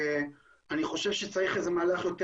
אני חושב שצריך מהלך יותר